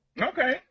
Okay